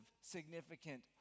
significant